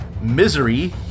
Misery